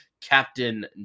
Captain